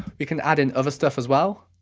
we can add in other stuff as well.